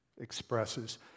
expresses